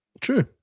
true